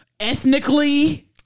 ethnically